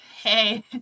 hey